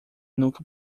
nunca